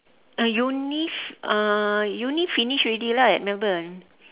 uh uni f~ uh uni finish already lah at melbourne